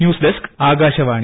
news desk Akashvani